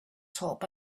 top